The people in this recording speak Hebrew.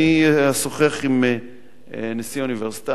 אני אשוחח עם נשיא האוניברסיטה,